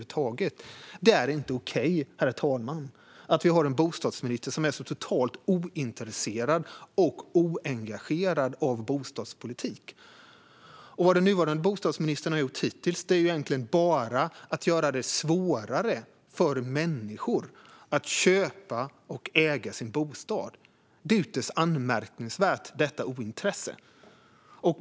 Det är inte okej, herr talman, att vi har en bostadsminister som är så totalt ointresserad av och oengagerad i bostadspolitik. Den nuvarande bostadsministern har hittills egentligen bara gjort det svårare för människor att köpa och äga sin bostad. Detta ointresse är ytterst anmärkningsvärt.